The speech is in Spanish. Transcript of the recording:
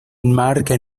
enmarca